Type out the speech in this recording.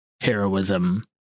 heroism